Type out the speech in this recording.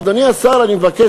אדוני השר, אני מבקש.